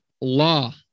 law